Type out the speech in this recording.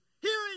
hearing